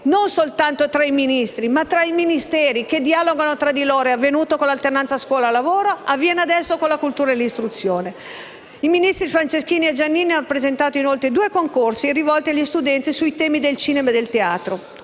non soltanto tra i Ministri, che dialogano tra di loro è avvenuta con l'alternanza scuola-lavoro e avviene adesso con la cultura e l'istruzione. I ministri Franceschini e Giannini hanno presentato, inoltre, due concorsi rivolti agli studenti sui temi del cinema e del teatro.